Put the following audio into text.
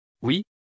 Oui